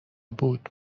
بود